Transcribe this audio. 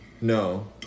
No